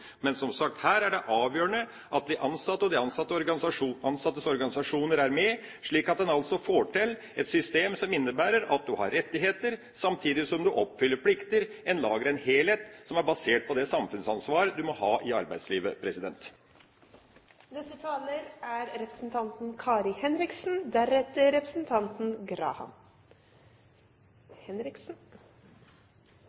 Men som sagt: Her er det avgjørende at de ansatte og de ansattes organisasjoner er med, slik at en altså får til et system som innebærer at man har rettigheter samtidig som man oppfyller plikter. En lager en helhet som er basert på det samfunnsansvar man må ha i arbeidslivet.